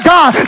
God